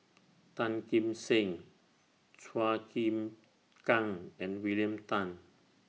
Tan Kim Seng Chua Chim Kang and William Tan